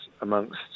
amongst